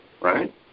Right